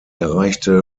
erreichte